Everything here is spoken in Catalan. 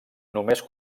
només